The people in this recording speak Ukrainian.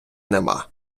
нема